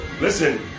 Listen